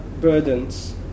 burdens